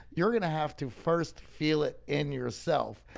you're going to have to first feel it in yourself.